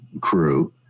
crew